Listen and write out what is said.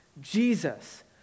Jesus